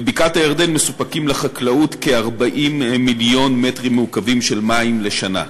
בבקעת-הירדן מסופקים לחקלאות כ-40 מיליון מ"ק של מים בשנה.